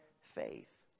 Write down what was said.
faith